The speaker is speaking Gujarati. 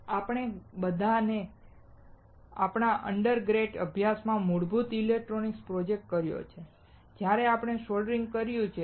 આપણે બધાએ આપણા અંડરગ્રેડ અભ્યાસમાં મૂળભૂત ઇલેક્ટ્રોનિક્સ પ્રોજેક્ટ કર્યો છે જ્યાં આપણે સોલ્ડરિંગ કર્યું છે